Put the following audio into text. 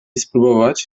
spróbować